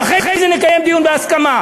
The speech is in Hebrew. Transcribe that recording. ואחרי זה נקיים דיון בהסכמה,